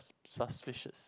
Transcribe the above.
suspicious